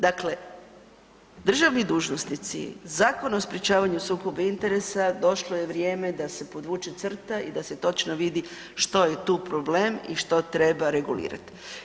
Dakle, državni dužnosnici Zakon o sprječavanju sukoba interesa došlo je vrijeme da se podvuče crta i da se točno vidi što je tu problem i što treba regulirat.